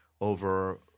over